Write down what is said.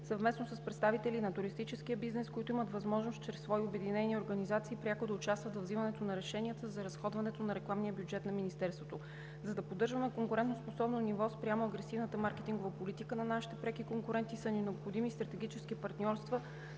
съвместно с представители на туристическия бизнес, които имат възможност чрез свои обединени организации пряко да участват във взимането на решенията за разходването на рекламния бюджет на Министерството. За да поддържаме конкурентоспособно ниво спрямо агресивната маркетингова политика на нашите преки конкуренти, са ни необходими стратегически партньорства